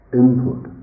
input